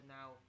now